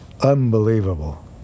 unbelievable